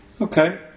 Okay